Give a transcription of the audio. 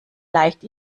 leicht